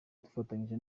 dufatanyije